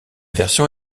version